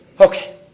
Okay